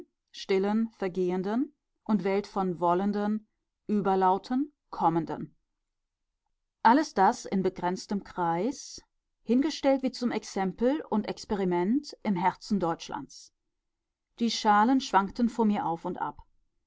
stillen vergehenden und welt von wollenden überlauten kommenden alles das in begrenztem kreis hingestellt wie zum exempel und experiment im herzen deutschlands die schalen schwankten vor mir auf und ab